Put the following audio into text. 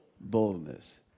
boldness